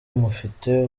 mufite